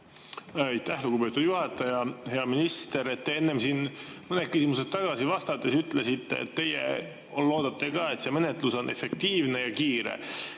lugupeetud juhataja! Hea minister! Te enne siin mõned küsimused tagasi vastates ütlesite, et teie loodate ka, et see menetlus on efektiivne ja kiire.